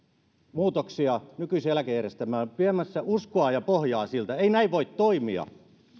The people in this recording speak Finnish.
muutoksia nykyiseen eläkejärjestelmään viemässä uskoa ja pohjaa siltä ei näin voi toimia